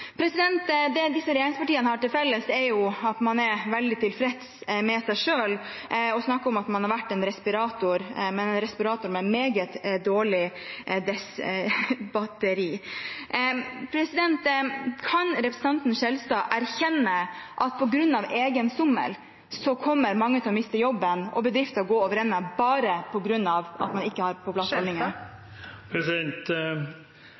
regjeringspartiene har til felles, er at man er veldig tilfreds med seg selv og snakker om at man har vært en respirator – da en respirator med meget dårlig batteri. Kan representanten Skjelstad erkjenne at på grunn av egen sommel kommer mange til å miste jobben og bedrifter til å gå over ende, bare på grunn av at man ikke har på plass